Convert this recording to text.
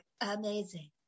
amazing